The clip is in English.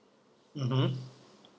mmhmm